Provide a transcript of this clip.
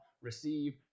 receive